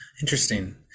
Interesting